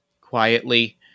quietly